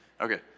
okay